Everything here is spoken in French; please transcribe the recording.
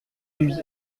lui